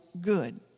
good